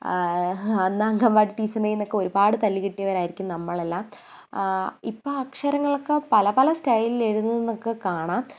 അന്ന് അംഗൻവാടി ടീച്ചറിൻ്റെ കയ്യിൽ നിന്നൊക്കെ ഒരുപാട് തല്ല് കിട്ടിയവരായിരിക്കും നമ്മളെല്ലാം ഇപ്പം അക്ഷരങ്ങളൊക്കെ പല പല സ്റ്റൈലിൽ എഴുതുന്നതൊക്കെ കാണാം